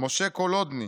משה קולודני,